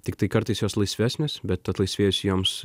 tiktai kartais jos laisvesnės bet atlaisvėjus joms